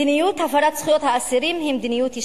מדיניות הפרת זכויות האסירים היא מדיניות ישנה.